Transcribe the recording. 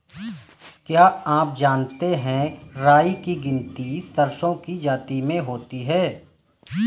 क्या आप जानते है राई की गिनती सरसों की जाति में होती है?